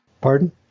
pardon